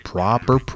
Proper